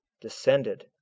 descended